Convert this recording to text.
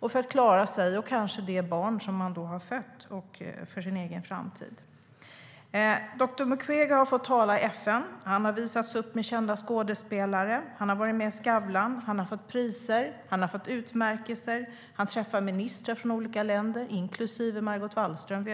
och kunna försörja sig och det barn hon kanske fött. , fått priser och utmärkelser och träffat ministrar från olika länder, inklusive Margot Wallström.